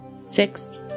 six